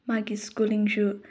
ꯃꯥꯒꯤ ꯁ꯭ꯀꯨꯜꯂꯤꯡꯁꯨ